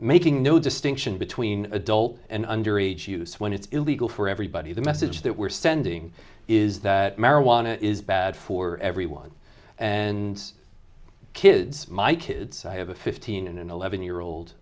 making no distinction between adult and under age use when it's illegal for everybody the message that we're sending is that marijuana is bad for everyone and kids my kids i have a fifteen and eleven year old